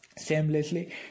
seamlessly